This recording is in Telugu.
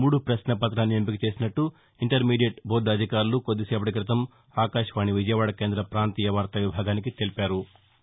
మూడు ప్రశ్నా పతాన్ని ఎంపిక చేసినట్లు ఇంటర్మీడియట్ బోర్గు అధికారులు కొద్దిసేపటి క్రితం ఆకాశవాణి విజయవాడ కేంద పాంతీయ వార్తా విభాగానికి తెలిపారు